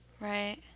Right